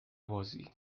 بازی